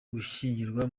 gushyingirwa